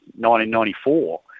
1994